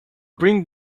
bring